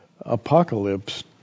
Apocalypse